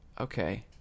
Okay